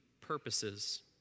purposes